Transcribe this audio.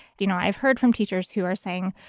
you know, i've heard from teachers who are saying,